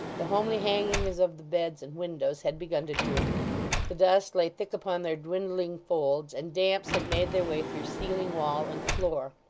the homely hangings of the beds and windows had begun to droop the dust lay thick upon their dwindling folds and damps had made their way through ceiling, wall, and floor.